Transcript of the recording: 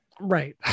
Right